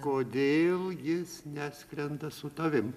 kodėl jis neskrenda su tavim